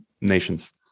nations